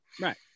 right